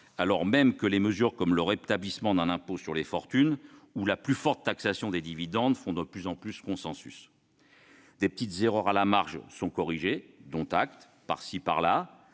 alors même que des mesures comme le rétablissement d'un impôt sur les fortunes ou la plus forte taxation des dividendes font de plus en plus consensus ... De petites erreurs à la marge sont corrigées, de-ci de-là.